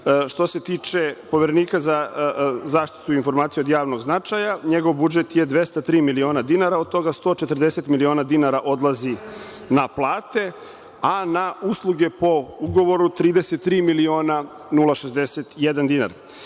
što se tiče Poverenika za zaštitu informacija od javnog značaja, njegov budžet je 203 miliona dinara, od toga 140 miliona dinara odlazi na plate, a na usluge po ugovoru 33 miliona 061 dinar.